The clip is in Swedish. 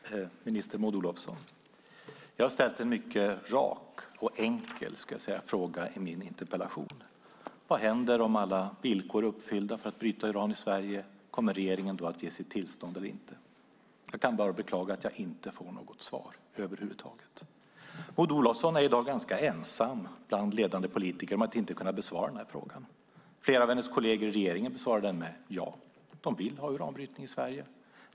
Herr talman och minister Maud Olofsson! Jag har ställt en rak och enkel fråga i min interpellation: Om alla villkor är uppfyllda för att bryta uran i Sverige, kommer regeringen då att ge sitt tillstånd eller inte? Jag kan bara beklaga att jag inte får något svar på det över huvud taget: Maud Olofsson är i dag ganska ensam bland ledande politiker om att inte kunna besvara denna fråga. Flera av hennes kolleger i regeringen besvarar den med ja; de vill ha uranbrytning i Sverige.